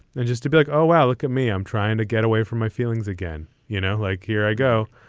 they're just too big. oh, ah look at me. i'm trying to get away from my feelings again. you know, like here i go.